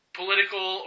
political